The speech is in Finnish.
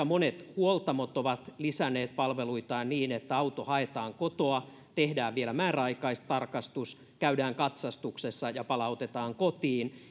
monet huoltamot ovat lisänneet palveluitaan niin että auto haetaan kotoa tehdään vielä määräaikaistarkastus käydään katsastuksessa ja palautetaan kotiin